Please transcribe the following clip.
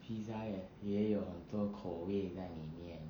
pizza 也有多口味在理面